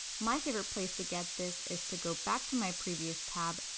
my favorite place to get this is to go back to my previous tab,